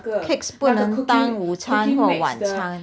cakes 不能当午餐或晚餐